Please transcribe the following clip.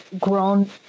grown